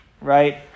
right